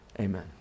amen